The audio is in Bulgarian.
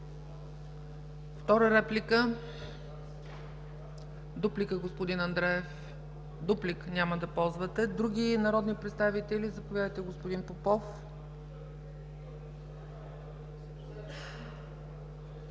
Втора реплика? Дуплика, господин Андреев? Няма да ползвате. Други народни представители? Заповядайте, господин Попов.